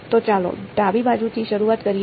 તો ચાલો ડાબી બાજુથી શરૂઆત કરીએ